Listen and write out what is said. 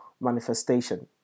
manifestation